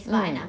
mm